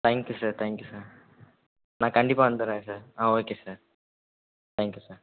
thank you sir thank you sir நான் கண்டிப்பாக வந்துடுறேன் சார் ஆ okay sir thank you sir